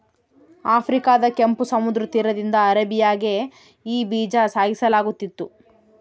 ಆಫ್ರಿಕಾದ ಕೆಂಪು ಸಮುದ್ರ ತೀರದಿಂದ ಅರೇಬಿಯಾಗೆ ಈ ಬೀಜ ಸಾಗಿಸಲಾಗುತ್ತಿತ್ತು